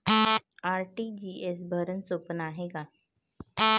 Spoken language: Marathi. आर.टी.जी.एस भरनं सोप हाय का?